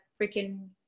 freaking